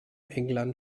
england